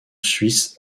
suisse